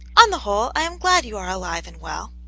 on the whole, i am glad you are alive and well,